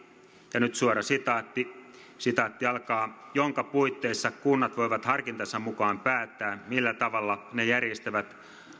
ja nyt suora sitaatti sitaatti jonka puitteissa kunnat voivat harkintansa mukaan päättää millä tavalla ne järjestävät